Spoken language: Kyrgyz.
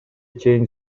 чейин